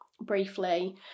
briefly